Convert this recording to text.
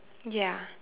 ya